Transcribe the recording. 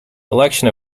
election